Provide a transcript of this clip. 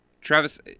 Travis